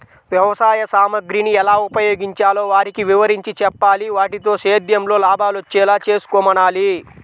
వ్యవసాయ సామగ్రిని ఎలా ఉపయోగించాలో వారికి వివరించి చెప్పాలి, వాటితో సేద్యంలో లాభాలొచ్చేలా చేసుకోమనాలి